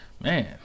man